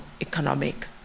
economic